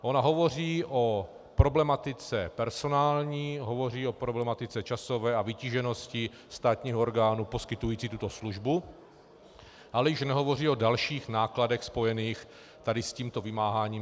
Ona hovoří o problematice personální, hovoří o problematice časové a vytíženosti státních orgánů poskytujících tuto službu, ale již nehovoří o dalších nákladech spojených s tímto vymáháním.